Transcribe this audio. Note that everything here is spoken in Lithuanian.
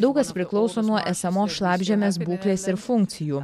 daug kas priklauso nuo esamos šlapžemės būklės ir funkcijų